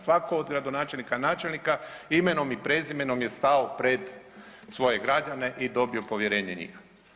Svatko od gradonačelnika, načelnika imenom i prezimenom je stao pred svoje građane i dobio povjerenje njih.